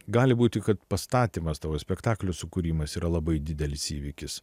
gali būti kad pastatymas tavo spektaklių sukūrimas yra labai didelis įvykis